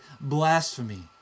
blasphemy